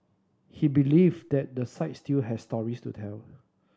he believe that the site still have stories to tell